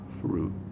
fruit